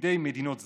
בידי מדינות זרות,